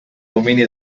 domini